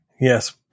Yes